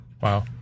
Wow